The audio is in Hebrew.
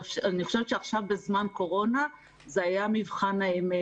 בזמן הקורונה זה היה מבחן האמת,